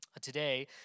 Today